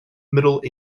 middle